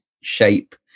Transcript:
shape